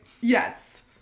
yes